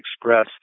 express